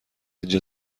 اینجا